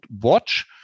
watch